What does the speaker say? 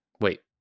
wait